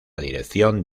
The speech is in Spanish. dirección